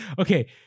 Okay